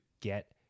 get